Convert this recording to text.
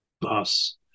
bus